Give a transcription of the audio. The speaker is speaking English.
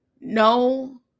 No